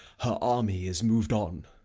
her army is mov'd on.